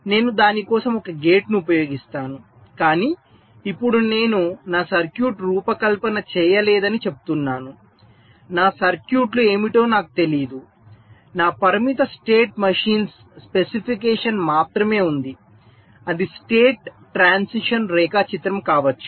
నేను దాని కోసం ఒక గేటును ఉపయోగిస్తాను కాని ఇప్పుడు నేను నా సర్క్యూట్ రూపకల్పన చేయలేదని చెప్తున్నాను నా సర్క్యూట్లు ఏమిటో నాకు తెలియదు నా పరిమిత స్టేట్ మెషీన్స్ స్పెసిఫికేషన్ మాత్రమే ఉంది అది స్టేట్ ట్రాన్సిషన్ రేఖాచిత్రం కావచ్చు